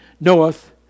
knoweth